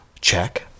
check